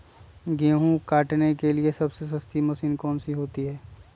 गेंहू काटने के लिए सबसे सस्ती मशीन कौन सी होती है?